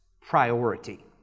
priority